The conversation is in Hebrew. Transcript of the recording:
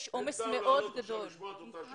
אי אפשר להעלות לשמוע את אותה שאלה.